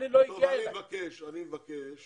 מבקש